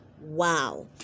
Wow